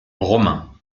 romain